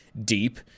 deep